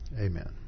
Amen